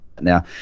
Now